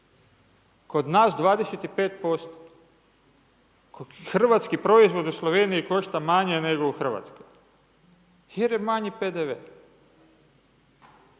kod nas 25%. Hrvatski proizvod u Sloveniji, košta manje nego u Hrvatskoj, jer je manji PDV.